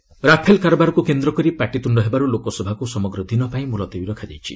ଲୋକସଭା ଆଡକର୍ନ ରାଫେଲ କାରବାରକୁ କେନ୍ଦ୍ରକରି ପାଟିତୁଣ୍ଡ ହେବାରୁ ଲୋକସଭାକୁ ସମଗ୍ର ଦିନ ପାଇଁ ମୁଲତବୀ ରଖାଯାଇଛି